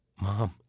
Mom